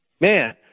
Man